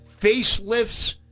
facelifts